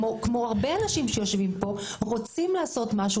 כמו הרבה אנשים שיושבים רוצים לעשות משהו